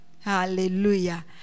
Hallelujah